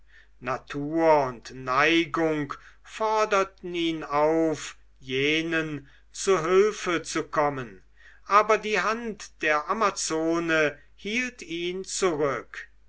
natur und neigung forderten ihn auf jenen zu hülfe zu kommen aber die hand der amazone hielt ihn zurück